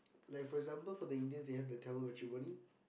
like for example for the Indians they have the Tamil matrimony